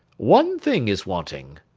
one thing is wanting.